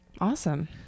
Awesome